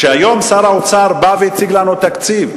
כשהיום שר האוצר בא והציג לנו תקציב,